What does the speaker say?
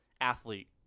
athlete